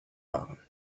waren